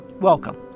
Welcome